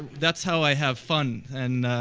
that's how i have fun. and